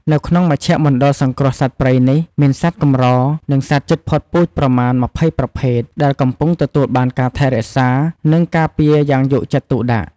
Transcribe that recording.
នៅក្នុងមជ្ឈមណ្ឌលសង្គ្រោះសត្វព្រៃនេះ មានសត្វកម្រ និងសត្វជិតផុតពូជប្រមាណ ២០ ប្រភេទ ដែលកំពុងទទួលបានការថែរក្សា និងការពារយ៉ាងយកចិត្តទុកដាក់